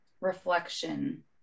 reflection